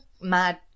mad